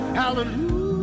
hallelujah